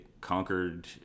conquered